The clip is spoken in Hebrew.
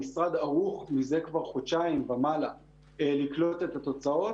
המשרד ערוך מזה כבר חודשיים ומעלה לקלוט את התוצאות.